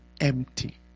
empty